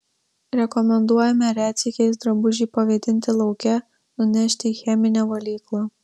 rekomenduojame retsykiais drabužį pavėdinti lauke nunešti į cheminę valyklą